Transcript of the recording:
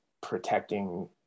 protecting